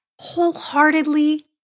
wholeheartedly